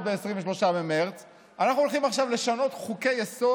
ב-23 במרץ אנחנו הולכים עכשיו לשנות חוקי-יסוד?